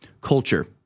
culture